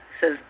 says